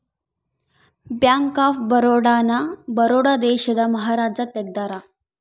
bank of Baroda ನ ಬರೋಡ ದೇಶದ ಮಹಾರಾಜ ತೆಗ್ದಾರ